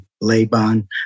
Laban